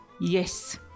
yes